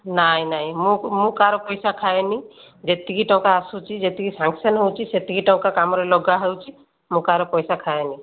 ନାହିଁ ନାହିଁ ମୁଁ ମୁଁ କାହାର ପଇସା ଖାଏନି ଯେତିକି ଟଙ୍କା ଆସୁଛି ଯେତିକି ସାଙ୍କ୍ସନ ହେଉଛି ସେତିକି ଟଙ୍କା କାମରେ ଲଗାହେଉଛି ମୁଁ କାହାର ପଇସା ଖାଏନି